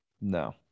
No